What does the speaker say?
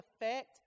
effect